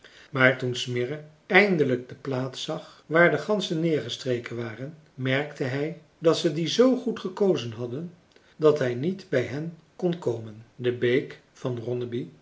maar toen smirre eindelijk de plaats zag waar de ganzen neergestreken waren merkte hij dat ze die z goed gekozen hadden dat hij niet bij hen kon komen de beek van ronneby